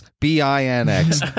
b-i-n-x